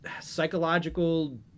psychological